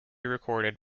recorded